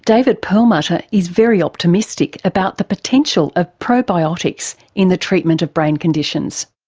david perlmutter is very optimistic about the potential of probiotics in the treatment of brain conditions.